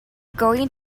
going